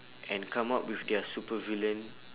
and come up with their supervillain